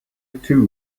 too